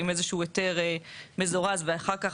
עם איזשהו היתר מזורז ואחר כך,